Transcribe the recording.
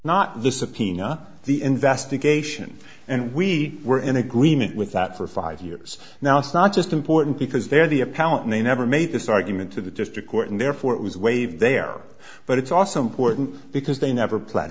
subpoena the investigation and we were in agreement with that for five years now it's not just important because they're the a pal and they never made this argument to the district court and therefore it was waived there but it's also important because they never played